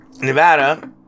Nevada